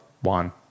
One